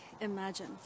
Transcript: imagine